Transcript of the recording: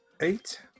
eight